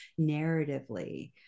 narratively